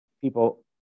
people